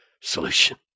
solution